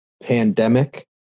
pandemic